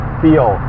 feel